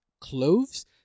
Cloves